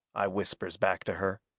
i whispers back to her.